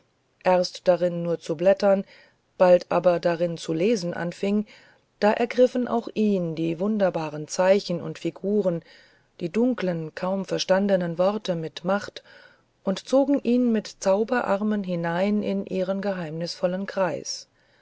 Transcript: erst darin nur zu blättern bald aber darin zu lesen anfing da ergriffen auch ihn die wunderbaren zeichen und figuren die dunkeln kaum verstandenen worte mit macht und zogen ihn mit zauberarmen hinein in ihren geheimnisvollen kreis